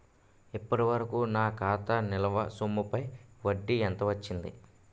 ఇప్పటి వరకూ నా ఖాతా నిల్వ సొమ్ముపై వడ్డీ ఎంత వచ్చింది?